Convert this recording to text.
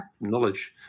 knowledge